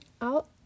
out